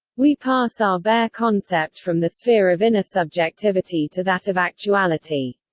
we pass our bare concept from the sphere of inner subjectivity to that of actuality.